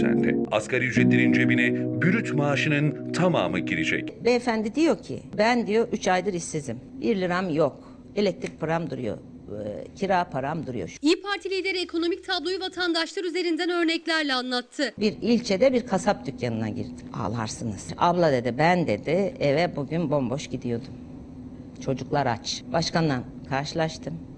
Asgari ücretlerin cebine brüt maaşının tamamı girecek. Beyefendi diyor ki, ben diyor, üç aydır işsizim. Bir liram yok. Elektrik param duruyor. Eee, kira param duruyor. İYİ Parti lideri ekonomik tabloyu vatandaşlar üzerinden örneklerle anlattı. Bir ilçede bir kasap dükkanına girdim. Ağlarsınız. Abla dedi, ben dedi, eve bugün bomboş gidiyordum. Çocuklar aç. Başkanla karşılaştım.